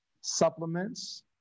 supplements